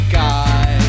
guy